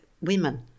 women